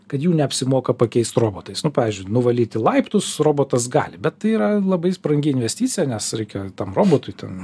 kad jų neapsimoka pakeist robotais nu pavyzdžiui nuvalyti laiptus robotas gali bet tai yra labai brangi investicija nes reikia tam robotui ten